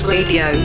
Radio